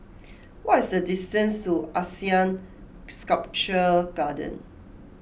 what is the distance to Asean Sculpture Garden